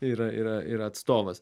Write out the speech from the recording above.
yra yra yra atstovas